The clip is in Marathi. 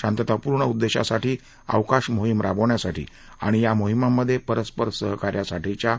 शांततापूर्ण उद्देशांसाठी अवकाश मोहिमा राबवण्यासाठी आणि या मोहिमांमधे परस्पर सहकार्यासाठीच्या